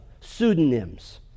pseudonyms